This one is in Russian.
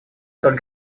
вдоль